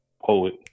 poet